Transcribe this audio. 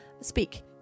speak